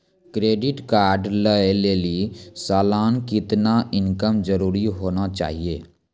Credit card लय लेली सालाना कितना इनकम जरूरी होना चहियों?